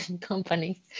company